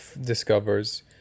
discovers